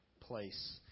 place